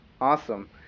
awesome